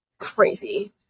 crazy